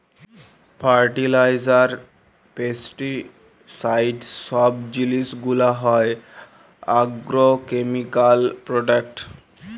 fertiliser, pesticide সব জিলিস গুলা হ্যয় আগ্রকেমিকাল প্রোডাক্ট